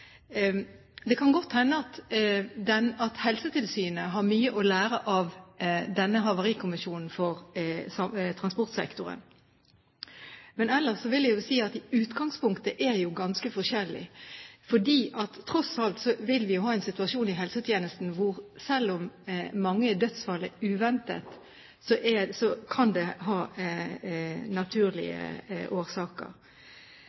det kan godt hende at Helsetilsynet har mye å lære av denne havarikommisjonen for transportsektoren. Men ellers vil jeg si at i utgangspunktet er de jo ganske forskjellige, for i helsetjenesten vil det tross alt være slik at selv om mange dødsfall er uventede dødsfall, kan de ha